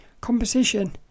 composition